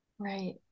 Right